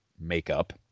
makeup